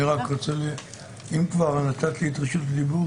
אבל אם נתת לי את רשות הדיבור,